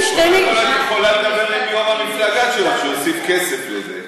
את יכולה לדבר עם יו"ר המפלגה שלך שיוסיף כסף לזה.